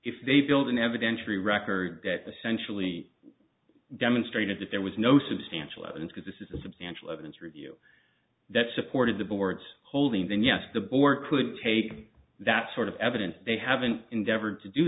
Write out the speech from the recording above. if they build an evidentiary record that the centrally demonstrated that there was no substantial evidence because this is a substantial evidence review that supported the board's holding then yes the board could take that sort of evidence they haven't endeavored to do